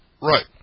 Right